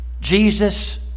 Jesus